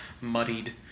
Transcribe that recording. muddied